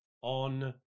on